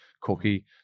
cookie